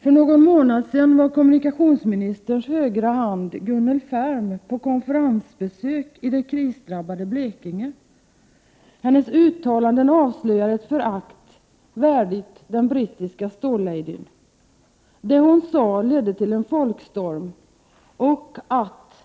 För några månader sedan var kommunikationsministerns högra hand Gunnel Färm på konferensbesök i det krisdrabbade Blekinge. Hennes uttalanden avslöjar ett förakt, värdigt den brittiska stålladyn. Det som hon sade ledde til en folkstorm och